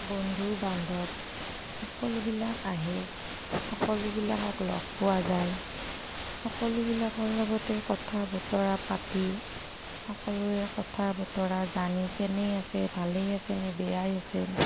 বন্ধু বান্ধৱ সকলোবিলাক আহে সকলোবিলাকক লগ পোৱা যায় সকলোবিলাকৰ লগতে কথা বতৰা পাতি সকলোৰে কথা বতৰা জানি কেনে আছে ভালেই আছেনে বেয়াই আছে